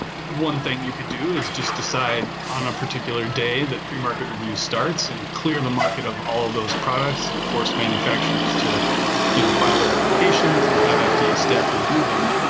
one thing you could do is just decide on a particular day that pre-market review starts and clear the market of all of those products and forced manufacturers to you know file their applications and have fda staff review them.